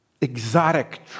exotic